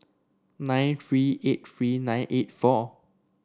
nine three eight three nine eight four